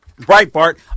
Breitbart